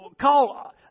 Call